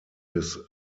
his